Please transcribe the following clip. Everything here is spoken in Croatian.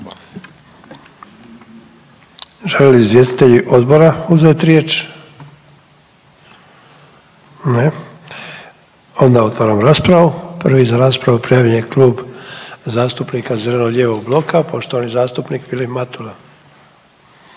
Žele li izvjestitelji odbora uzeti riječ? Ne. Onda otvaram raspravu, prvi za raspravu prijavljen je Klub zastupnika zeleno-lijevog bloka, poštovani zastupnik Vilim Matula.